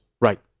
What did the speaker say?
Right